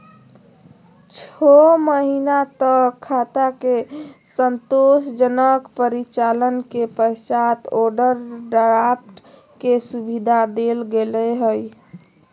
छो महीना तक खाता के संतोषजनक परिचालन के पश्चात ओवरड्राफ्ट के सुविधा देल गेलय हइ